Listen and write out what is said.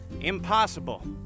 impossible